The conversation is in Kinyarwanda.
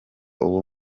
uwo